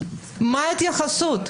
מה ההתייחסות?